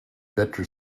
better